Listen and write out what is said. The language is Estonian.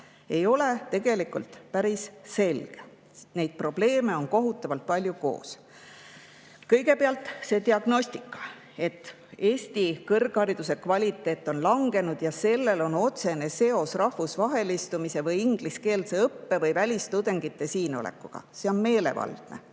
ei ole tegelikult päris selge. Neid probleeme on kohutavalt palju koos. Kõigepealt see diagnostika, et Eesti kõrghariduse kvaliteet on langenud ja sellel on otsene seos rahvusvahelistumise või ingliskeelse õppe või välistudengite siin olekuga – see on meelevaldne.